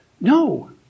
no